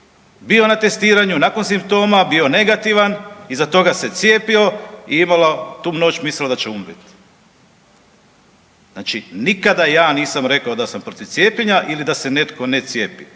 bio na testiranju nakon simptoma, bio negativan, iza toga se cijepio i imala tu noć mislila da će umrijet. Znači nikada ja nisam rekao da sam protiv cijepljenja ili da se netko ne cijepi.